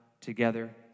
together